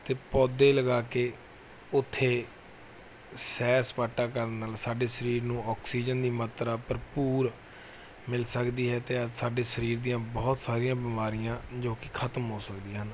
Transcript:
ਅਤੇ ਪੌਦੇ ਲਗਾ ਕੇ ਉੱਥੇ ਸੈਰ ਸਪਾਟਾ ਕਰਨ ਨਾਲ ਸਾਡੇ ਸਰੀਰ ਨੂੰ ਆਕਸੀਜਨ ਦੀ ਮਾਤਰਾ ਭਰਪੂਰ ਮਿਲ ਸਕਦੀ ਹੈ ਅਤੇ ਸਾਡੇ ਸਰੀਰ ਦੀਆਂ ਬਹੁਤ ਸਾਰੀਆਂ ਬਿਮਾਰੀਆਂ ਜੋ ਕਿ ਖ਼ਤਮ ਹੋ ਸਕਦੀਆਂ ਹਨ